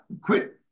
Quit